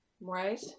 Right